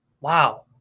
Wow